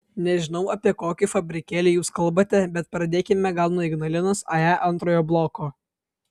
nežinau apie kokį fabrikėlį jūs kalbate bet pradėkime gal nuo ignalinos ae antrojo bloko